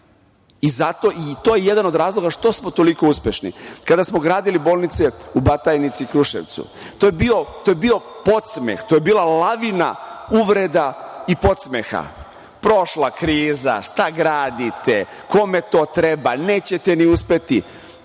To je jedan od razloga što smo toliko uspešni. Kada smo gradili bolnice u Batajnici i Kruševcu, to je bio podsmeh, to je bila lavina uvreda i podsmeha – prošla kriza, šta gradite, kome to treba, nećete ni uspeti.